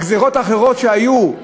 שהגזירות האחרות שהיו,